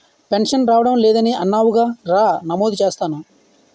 pension రావడం లేదని అన్నావుగా రా నమోదు చేస్తాను